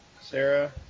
Sarah